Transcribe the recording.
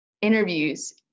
interviews